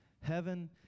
Heaven